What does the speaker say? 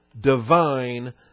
divine